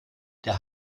der